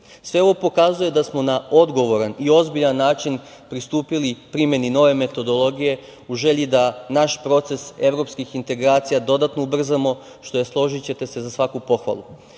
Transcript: ovo pokazuje da smo na odgovoran i ozbiljan način pristupili primeni nove metodologije, u želji da naš proces evropskih integracija dodatno ubrzamo, što je, složićete se, za svaku pohvalu. Kada